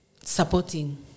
supporting